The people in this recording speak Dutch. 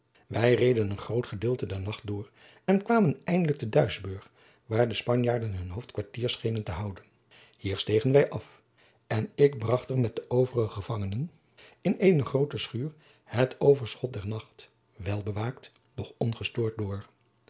wij reden een groot gedeelte der nacht door en kwamen eindelijk te duisburg waar de spanjaarden hun hoofdkwartier schenen te houden hier stegen wij af en ik bracht er met de overige gevangenen in eene groote schuur het overschot der nacht wel bewaakt doch ongestoord door